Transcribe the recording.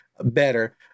better